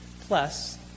plus